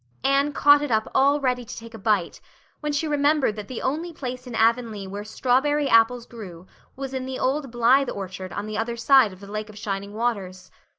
anne caught it up all ready to take a bite when she remembered that the only place in avonlea where strawberry apples grew was in the old blythe orchard on the other side of the lake of shining waters.